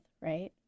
right